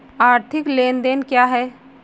आर्थिक लेनदेन क्या है?